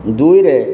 ଦୁଇରେ